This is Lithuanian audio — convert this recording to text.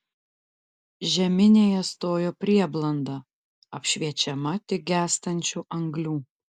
žeminėje stojo prieblanda apšviečiama tik gęstančių anglių